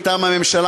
מטעם הממשלה,